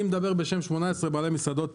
אני מדבר בשם 18 בעלי מסעדות